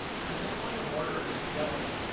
is this a point of order or is she yelling at me?